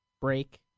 break